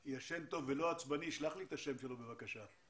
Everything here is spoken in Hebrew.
עד סוף 2025 אנחנו מסבים את כל שאר היחידות הסבה